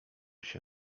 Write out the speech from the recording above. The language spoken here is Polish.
się